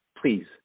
Please